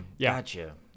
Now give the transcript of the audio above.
Gotcha